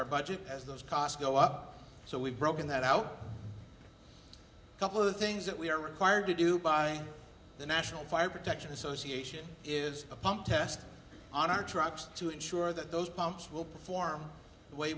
our budget as those costs go up so we've broken that out a couple of the things that we are required to do by the national fire protection association is a pump test on our trucks to ensure that those pumps will perform the way